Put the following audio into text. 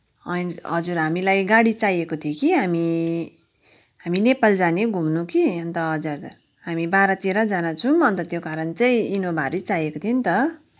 होइन हजुर हामीलाई गाडी चाहिएको थियो कि हामी हामी नेपाल जाने घुम्नु कि अन्त हजुर हजुर हामी बाह्र तेह्रजना छौँ अन्त त्यो कारण चाहिँ इनोभाहरू चाहिएको थियो नि त